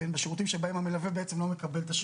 בשירותים שבהם בעצם המלווה לא מקבל את השרות.